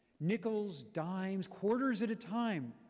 nickels, dimes, quarters at a time,